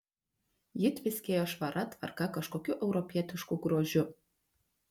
ji tviskėjo švara tvarka kažkokiu europietišku grožiu